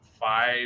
five